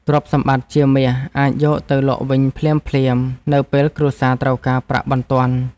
ទ្រព្យសម្បត្តិជាមាសអាចយកទៅលក់វិញភ្លាមៗ នៅពេលគ្រួសារត្រូវការប្រាក់បន្ទាន់។